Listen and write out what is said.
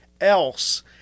else